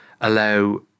allow